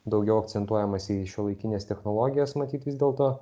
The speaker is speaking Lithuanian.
daugiau akcentuojamasi į šiuolaikines technologijas matyt vis dėlto